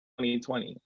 2020